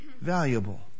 valuable